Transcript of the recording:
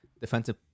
Defensive